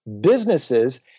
businesses